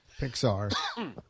Pixar